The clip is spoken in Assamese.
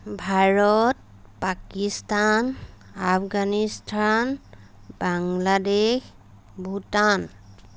ভাৰত পাকিস্তান আফগানিস্থান বাংলাদেশ ভূটান